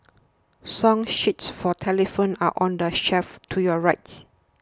song sheets for telephones are on the shelf to your rights